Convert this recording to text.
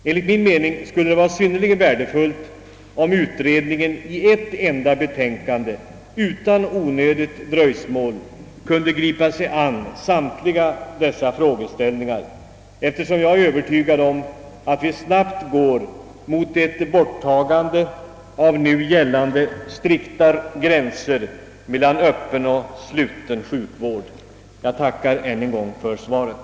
Enligt min mening skulle det vara synnerligen värdefullt om utredningen i ett enda betänkande och utan onödigt dröjsmål kunde ta upp samtliga dessa frågor. Jag är nämligen övertygad om att vi snabbt går emot ett borttagande av nu gällande strikta gränser mellan öppen och sluten sjukvård. Jag tackar än en gång för svaret.